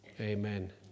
Amen